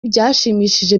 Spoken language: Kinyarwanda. byashimishije